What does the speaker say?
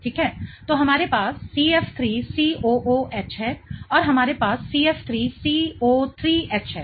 तो हमारे पास CF3COOH है और हमारे पास CF3SO3H है ठीक है